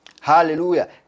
Hallelujah